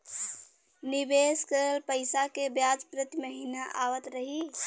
निवेश करल पैसा के ब्याज प्रति महीना आवत रही?